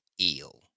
eel